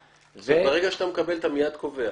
ברגע שאתה מקבל, אתה מייד קובע.